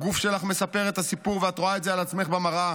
הגוף שלך מספר את הסיפור ואת רואה את זה על עצמך במראה,